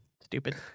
Stupid